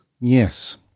yes